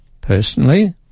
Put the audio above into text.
Personally